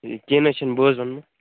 ہَے کیٚنٛہہ نہَ حظ چھُ بہٕ حَظ وَنو